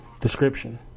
description